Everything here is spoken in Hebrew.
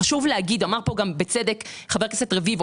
זה חשוב להגיד, אמר פה גם בצדק חבר הכנסת רביבו.